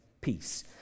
peace